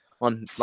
on